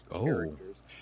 Characters